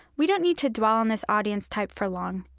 we don't need to dwell on this audience type for long.